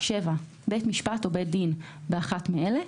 (7)בית משפט או בית דין, באחת מאלה: